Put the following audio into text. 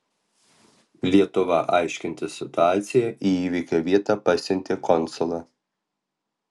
lietuva aiškintis situaciją į įvykio vietą pasiuntė konsulą